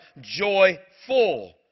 joyful